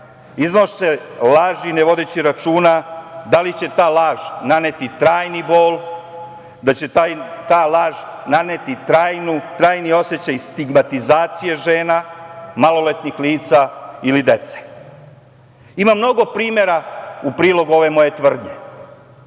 iznose laži ne vodeći računa da li će ta laž naneti trajni bol, da će ta laž naneti trajni osećaj stigmatizacije žena, maloletnih lica ili dece. Ima mnogo primera u prilog ove moje tvrdnje,